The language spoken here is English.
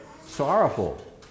sorrowful